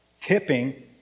Tipping